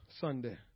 Sunday